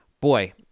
Boy